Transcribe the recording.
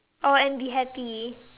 oh and be happy